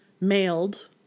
mailed